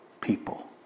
people